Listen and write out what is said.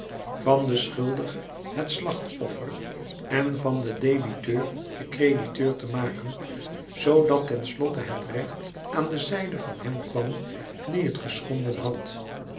van den schuldige het slachtoffer en van den debiteur den crediteur te maken zoodat ten slotte het recht aan de zijde van hem kwam die het geschonden had